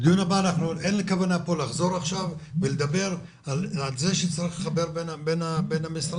בדיון הבא אין לי כוונה לחזור ולדבר על זה שצריך לחבר בין המשרדים.